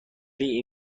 این